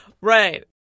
Right